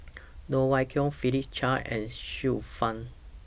Loh Wai Kiew Philip Chia and Xiu Fang